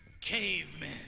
cavemen